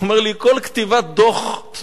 הוא אומר לי: כל כתיבת דוח תנועה